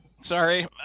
Sorry